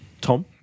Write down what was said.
Tom